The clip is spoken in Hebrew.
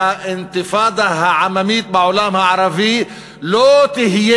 והאינתיפאדה העממית בעולם הערבי לא תהיה